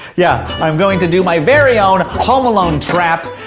yeah, i'm going to do my very own home alone trap,